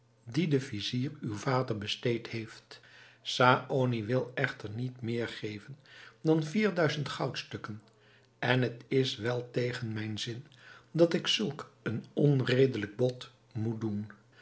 die de vizier uw vader besteed heeft saony wil echter niet meer geven dan vier duizend goudstukken en het is wel tegen mijn zin dat ik zulk een onredelijk bod moet doen